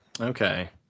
Okay